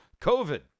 COVID